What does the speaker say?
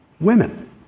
women